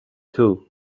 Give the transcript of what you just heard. too